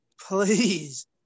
please